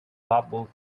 bubble